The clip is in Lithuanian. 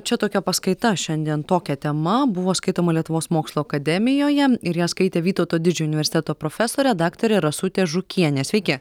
čia tokia paskaita šiandien tokia tema buvo skaitoma lietuvos mokslų akademijoje ir ją skaitė vytauto didžiojo universiteto profesorė daktarė rasutė žukienė sveiki